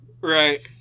Right